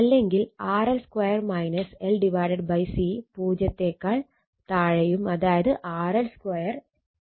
അല്ലെങ്കിൽ RL 2 L C 0 അതായത് RL 2 L C